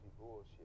bullshit